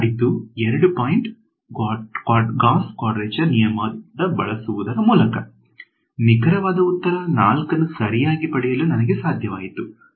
ನಾವು ಮಾಡಿದ್ದು 2 point Gauss quadrature ನಿಯಮದ ಬಳಸುವುದರ ಮೂಲಕ ನಿಖರವಾದ ಉತ್ತರ 4 ಅನ್ನು ಸರಿಯಾಗಿ ಪಡೆಯಲು ನನಗೆ ಸಾಧ್ಯವಾಯಿತು